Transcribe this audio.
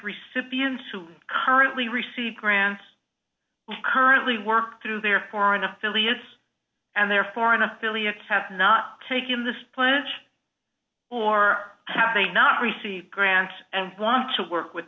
recipients who currently receive grants currently work through their foreign affiliates and their foreign affiliates have not taken this pledge or have they not received grants and want to work with